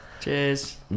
Cheers